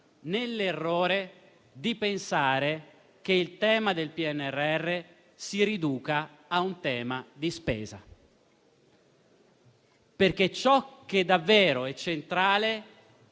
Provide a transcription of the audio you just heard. nell'errore di pensare che il PNRR si riduca a un tema di spesa, perché ciò che è davvero centrale